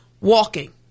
walking